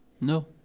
no